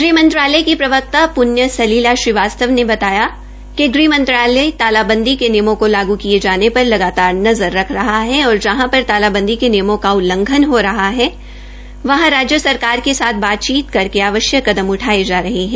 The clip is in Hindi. गृहमंत्रालय की प्रवक्ता प्ण्या सलिला श्रीवास्तव ने कहा कि ग़हमंत्रालय तालाबंदी के नियमों को लागू किये जाने पर लगातार नज़र रख रहा है और जहां पर तालाबंदी के निमयों का उल्लंघन हो रहा है वहां राज्य सरकार के साथ बातचीत करके आवश्यक कदम उठाये जा रहे है